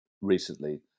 recently